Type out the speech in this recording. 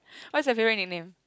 what's your favourite nickname